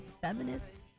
feminists